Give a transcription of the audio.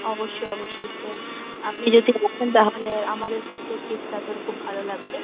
অবশ্যই অবশ্যই স্যার আপনি যদি আসেন তাহলে আমাদের প্রত্যেকটি স্টাফের খুব ভালো লাগবে